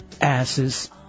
asses